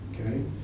okay